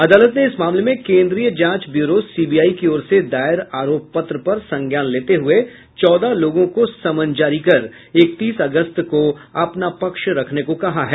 अदालत ने इस मामले में कोन्द्रीय जांच ब्यूरो सीबीआई की ओर से दायर आरोप पत्र पर संज्ञान लेते हुए चौदह लोगों को समन जारी कर इकतीस अगस्त को अपना पक्ष रखने को कहा है